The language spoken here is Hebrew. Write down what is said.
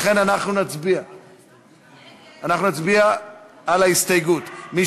אנחנו נצביע על ההסתייגות של חברת הכנסת